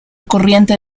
corriente